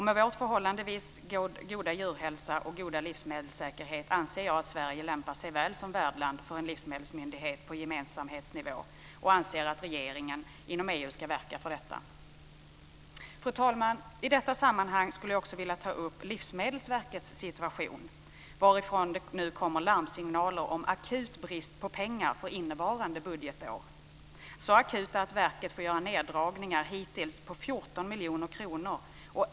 Med vår förhållandevis goda djurhälsa och goda livsmedelssäkerhet anser jag att Sverige lämpar sig väl som värdland för en livsmedelsmyndighet på gemensamhetsnivå. Jag anser att regeringen ska verka för detta inom EU. Fru talman! I detta sammanhang skulle jag också vilja ta upp Livsmedelsverkets situation. Det kommer nu larmsignaler om akut brist på pengar för innevarande budgetår - så akuta att verket hittills har fått göra neddragningar på 14 miljoner kronor.